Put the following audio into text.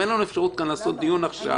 אין לנו אפשרות לעשות עכשיו דיון.